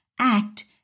act